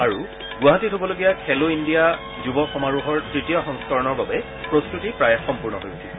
আৰু গুৱাহাটীত হবলগীয়া খেলো ইণ্ডিয়া যুৱ সমাৰোহৰ তৃতীয় সংস্কৰণৰ বাবে প্ৰস্তুতি প্ৰায় সম্পূৰ্ণ হৈ উঠিছে